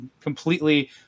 completely